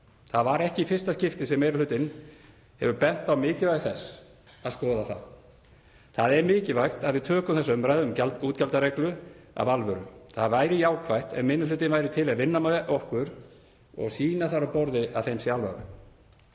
Það var ekki í fyrsta skipti sem meiri hlutinn hefur bent á mikilvægi þess að skoða það. Það er mikilvægt að við tökum þessa umræðu um útgjaldareglu af alvöru. Það væri jákvætt ef minni hlutinn væri til í að vinna með okkur og sýna þar á borði að þeim sé alvara.